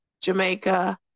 Jamaica